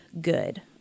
good